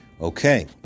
Okay